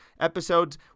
episodes